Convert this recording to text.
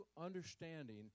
understanding